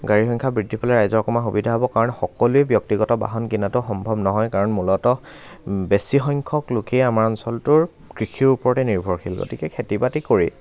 গাড়ীৰ সংখ্য়া বৃদ্ধি পালে ৰাইজৰ অকণমান সুবিধা হ'ব কাৰণ সকলোৱে ব্য়ক্তিগত বাহন কিনাতো সম্ভৱ নহয় কাৰণ মূলত বেছি সংখ্য়ক লোকেই আমাৰ অঞ্চলটোৰ কৃষিৰ ওপৰতে নিৰ্ভৰশীল গতিকে খেতি বাতি কৰি